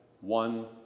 one